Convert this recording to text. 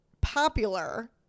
popular